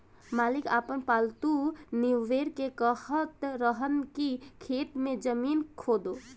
मालिक आपन पालतु नेओर के कहत रहन की खेत के जमीन खोदो